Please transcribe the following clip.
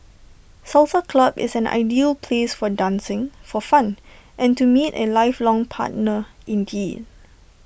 salsa club is an ideal place for dancing for fun and to meet A lifelong partner indeed